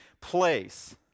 place